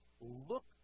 look